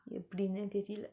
எப்டின்னே தெரில:epdine therila